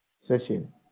session